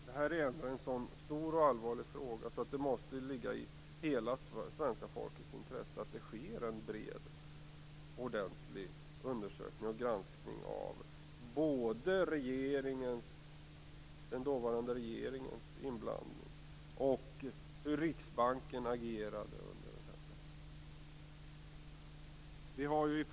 Detta är ändå en så stor och allvarlig fråga att det måste ligga i hela svenska folkets intresse att det sker en bred och ordentlig undersökning och granskning av både den dåvarande regeringens inblandning och hur Riksbanken agerade under den här perioden.